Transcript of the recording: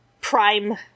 prime